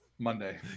Monday